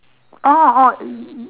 oh oh you you